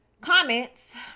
comments